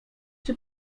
czy